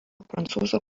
prancūzų